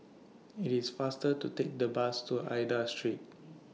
IT IS faster to Take The Bus to Aida Street